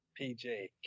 PJ